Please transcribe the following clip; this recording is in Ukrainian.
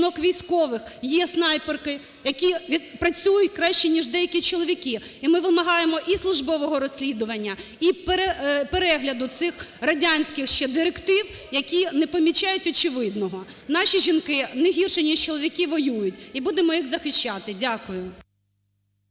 жінок-військових є снайперки, які працюють краще ніж деякі чоловіки. І ми вимагаємо і службового розслідування, і перегляду цих радянських ще директив, які не помічають очевидного: наші жінки не гірше ніж чоловіки воюють! І будемо їх захищати. Дякую.